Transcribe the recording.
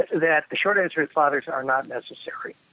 that the short answer is fathers are not necessary.